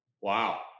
Wow